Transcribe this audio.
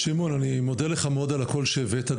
שמעון, אני מודה לך מאד על הקול שהבאת.